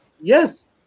Yes